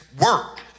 work